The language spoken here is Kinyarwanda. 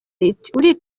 riti